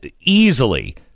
easily